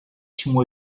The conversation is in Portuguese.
tinham